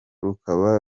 rukaba